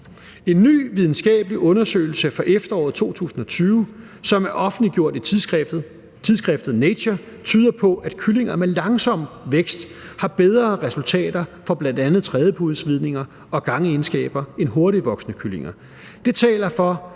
En ny videnskabelig undersøgelse fra efteråret 2020, som er offentliggjort i tidsskriftet Nature, tyder på, at hos kyllinger med langsom vækst er der bedre resultater i forhold til bl.a. trædepudesvidninger og gangegenskaber end hos hurtigtvoksende kyllinger. Det taler for